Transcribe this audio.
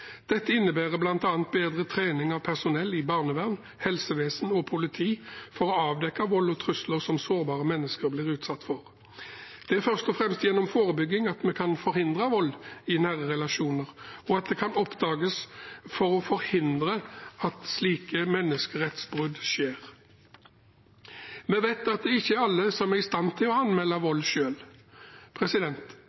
Dette innebærer bl.a. bedre trening av personell i barnevern, helsevesen og politi for å avdekke vold og trusler som sårbare mennesker blir utsatt for. Det er først og fremst gjennom forebygging vi kan oppdage og forhindre menneskerettsbrudd som vold i nære relasjoner. Vi vet at det ikke er alle som er i stand til å anmelde vold selv. Gjennom Kristelig Folkepartis arbeid i